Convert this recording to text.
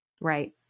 Right